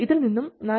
ഇതിൽ നിന്നും 4